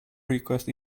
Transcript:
request